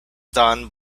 done